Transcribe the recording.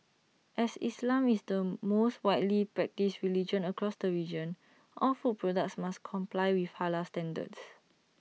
as islam is the most widely practised religion across the region all food products must comply with Halal standards